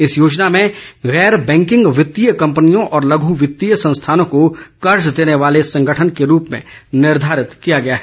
इस योजना में गैर बैंकिंग वित्तीय कम्पनियों और लघु वित्तीय संस्थानों को कर्ज देने वाले संगठन के रूप में निर्धारित किया गया है